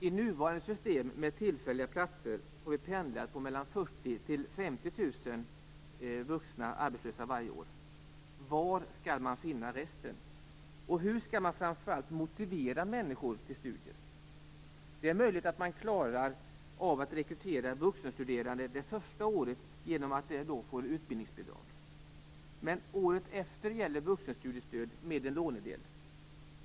I nuvarande system med tillfälliga platser har vi pendlat mellan 40 000 och 50 000 vuxna arbetslösa varje år. Var skall man finna resten? Framför allt undrar jag hur man skall motivera människor för studier. Det är möjligt att man klarar av att rekrytera vuxenstuderande det första året, eftersom de då får utbildningsbidrag, men året efter gäller vuxenstudiestöd med en lånedel.